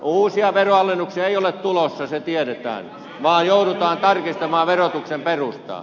uusia veronalennuksia ei ole tulossa se tiedetään vaan joudutaan tarkistamaan verotuksen perustaa